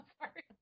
Sorry